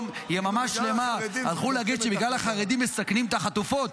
יממה שלמה הלכו להגיד שבגלל החרדים מסכנים את החטופות,